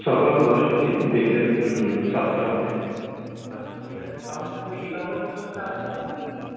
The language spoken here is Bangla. সকাল দশটা দিয়ে বিকেল সাতটা অবধি